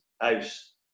house